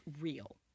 real